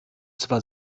zwar